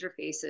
interfaces